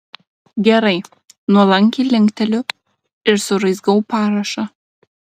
gerai nuolankiai linkteliu ir suraizgau parašą